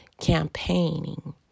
campaigning